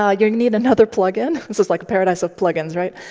um you need another plug-in. this is like a paradise of plugins right.